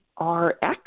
Rx